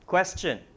Question